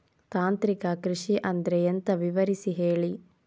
ತಾಂತ್ರಿಕ ಕೃಷಿ ಅಂದ್ರೆ ಎಂತ ವಿವರಿಸಿ ಹೇಳಿ